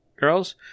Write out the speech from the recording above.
girls